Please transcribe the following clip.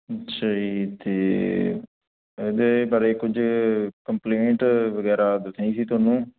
ਅੱਛਾ ਜੀ ਅਤੇ ਇਹਦੇ ਬਾਰੇ ਕੁਝ ਕੰਪਲੇਂਟ ਵਗੈਰਾ ਦੱਸਣੀ ਸੀ ਤੁਹਾਨੂੰ